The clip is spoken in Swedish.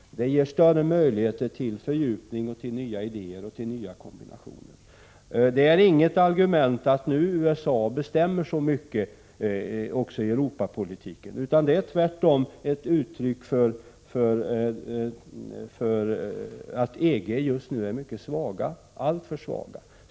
Det ger större möjligheter till fördjupning, nya idéer och nya kombinationer. Det är inget argument mot ett ökat europeiskt samarbete att USA nu bestämmer så mycket också i Europapolitiken. Det är tvärtom ett uttryck för att EG just nu är mycket svagt — alltför svagt.